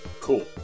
cool